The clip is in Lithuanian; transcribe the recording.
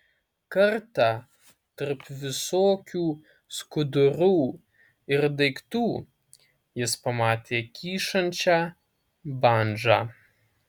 kartą tarp visokių skudurų ir daiktų jis pamatė kyšančią bandžą